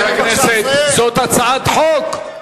חבר הכנסת אלסאנע, זו הצעת חוק.